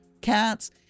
Cats